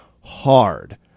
hard